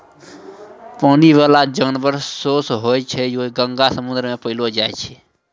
पानी बाला जानवर सोस होय छै जे गंगा, समुन्द्र मे पैलो जाय छै